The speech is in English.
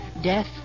Death